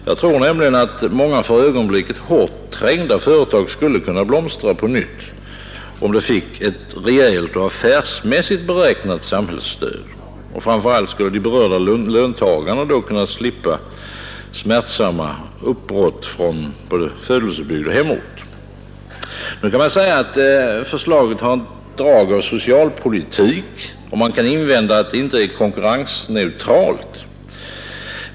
Jag tror nämligen att många för ögonblicket hårt trängda företag skulle kunna blomstra på nytt, om de fick en ny sorts och affärsmässigt beräknat samhällsstöd. Framför allt skulle de berörda löntagarna då slippa smärtsamma uppbrott från födelsebygd och hemort. Man kan säga att förslaget har drag av socialpolitik, och att man kan invända att det inte är konkurrensneutralt.